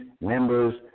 members